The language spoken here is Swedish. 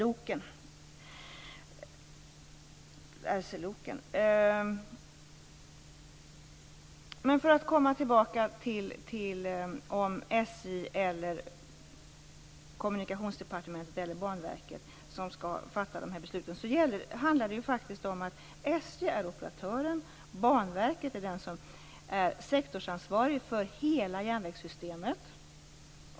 Beträffande frågan om det är SJ, Kommunikationsdepartementet eller Banverket som skall fatta besluten, är det SJ som är operatören. Banverket är sektorsansvarigt för hela järnvägssystemet.